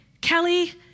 Kelly